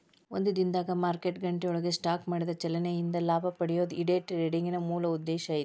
ಒಂದ ದಿನದಾಗ್ ಮಾರ್ಕೆಟ್ ಗಂಟೆಯೊಳಗ ಸ್ಟಾಕ್ ಮಾಡಿದ ಚಲನೆ ಇಂದ ಲಾಭ ಪಡೆಯೊದು ಈ ಡೆ ಟ್ರೆಡಿಂಗಿನ್ ಮೂಲ ಉದ್ದೇಶ ಐತಿ